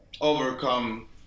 overcome